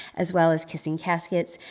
as well as kissing caskets,